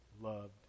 loved